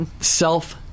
Self